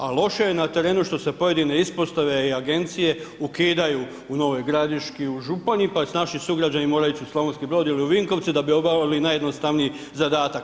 A loše je na terenu što se pojedine Ispostave i Agencije ukidaju u Novoj Gradiški, u Županji, pa naši sugrađani moraju ići u Slavonski Brod ili Vinkovce da bi obavili najjednostavniji zadatak.